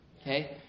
Okay